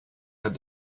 had